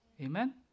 Amen